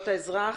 האזרח,